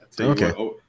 Okay